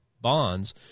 bonds